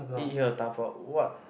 eat here or dabao what